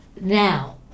now